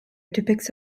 depicts